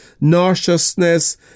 nauseousness